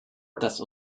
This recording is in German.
das